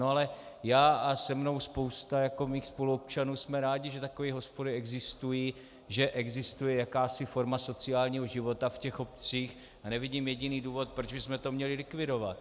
Ale já a se mnou spousta mých spoluobčanů jsme rádi, že takové hospody existují, že existuje jakási forma sociálního života v obcích, a nevidím jediný důvod, proč bychom to měli likvidovat.